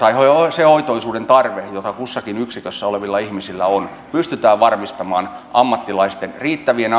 se hoitoisuuden tarve jota kussakin yksikössä olevilla ihmisillä on pystytään varmistamaan niin että on ammattilaisia riittäviä